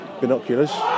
binoculars